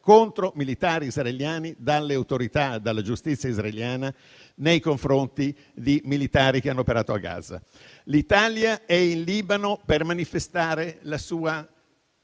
contro militari israeliani, da parte delle autorità e della giustizia israeliane nei confronti di militari che hanno operato a Gaza. L'Italia è in Libano per manifestare la sua